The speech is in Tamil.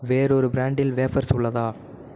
வேறொரு ப்ராண்டில் வேஃபர்ஸ் உள்ளதா